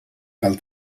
cal